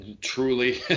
Truly